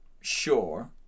sure